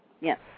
Yes